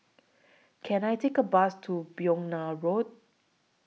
Can I Take A Bus to Begonia Road